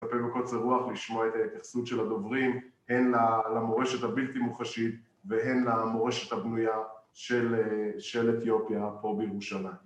מצפה בקוצר רוח לשמוע את ההתייחסות של הדוברים, הן למורשת הבלתי מוחשית והן למורשת הבנויה של אתיופיה פה בירושלים